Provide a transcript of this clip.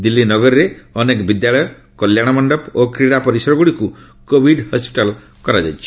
ଦିଲ୍ଲୀ ନଗରୀରେ ଅନେକ ବିଦ୍ୟାଳୟ କଲ୍ୟାଣ ମଣ୍ଡପ ଓ କ୍ରୀଡ଼ା ପରିସର ଗୁଡ଼ିକୁ କୋଭିଡ୍ ହସ୍କିଟାଲ୍ କରାଯାଇଛି